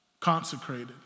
Consecrated